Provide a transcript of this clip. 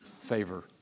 favor